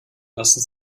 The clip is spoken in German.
lassen